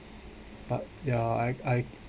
but ya I I